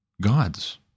gods